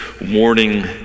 warning